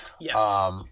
Yes